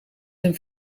een